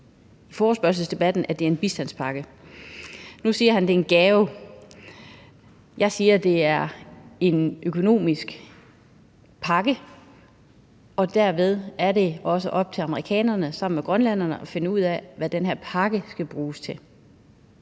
i forespørgslen, at det er en bistandspakke. Nu siger han, at det er en gave. Jeg siger, at det er en økonomisk pakke, og dermed er det også op til amerikanerne sammen med grønlænderne at finde ud af, hvad den her pakke skal bruges til.